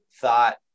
thought